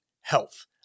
health